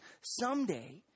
Someday